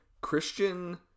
christian